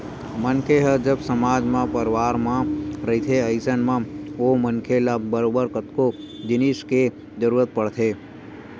मनखे ह जब समाज म परवार म रहिथे अइसन म ओ मनखे ल बरोबर कतको जिनिस के जरुरत पड़थे